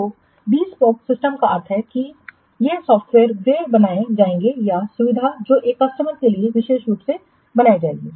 तो bespoke system का अर्थ है कि ये सॉफ्टवेयर वे बनाए जाएंगे या सुविधा जो एक कस्टमर के लिए विशेष रूप से बनाई जाएगी